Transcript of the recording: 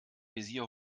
visier